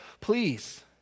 please